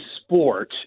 sport